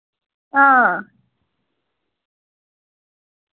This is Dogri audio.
हां